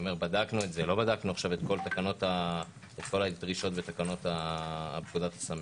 בדקנו עכשיו את כל הדרישות בתקנות פקודת הסמים.